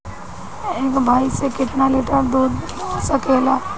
एक भइस से कितना लिटर दूध हो सकेला?